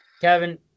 Kevin